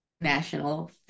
national